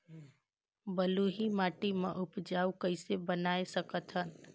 बलुही माटी ल उपजाऊ कइसे बनाय सकत हन?